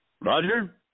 Roger